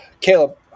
Caleb